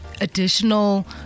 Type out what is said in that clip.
additional